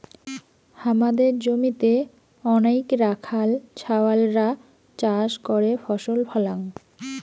হামাদের জমিতে অনেইক রাখাল ছাওয়ালরা চাষ করে ফসল ফলাং